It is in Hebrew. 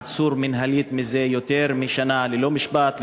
העצור מינהלית זה יותר משנה ללא משפט,